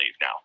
now